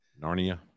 narnia